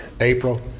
April